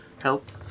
help